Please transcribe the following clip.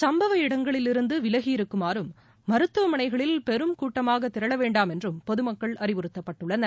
சம்பவ இடங்களிலிருந்து விலகி இருக்குமாறும் மருத்துவமனைகளில் பெரும் கூட்டமாக திரள வேண்டாம் என்றும் பொதுமக்கள் அறிவுறுத்தப்பட்டுள்ளனர்